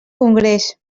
congrés